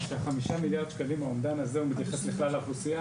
ש-5 מיליארד שקלים האומדן הזה הוא מתייחס לכלל האוכלוסייה.